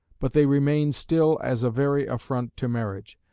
but they remain still as a very affront to marriage.